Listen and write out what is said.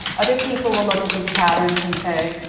other people will look at these patterns and say,